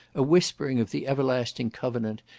a whispering of the everlasting covenant,